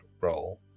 role